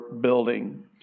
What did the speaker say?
building